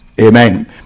Amen